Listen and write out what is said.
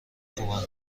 خوبن